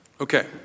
Okay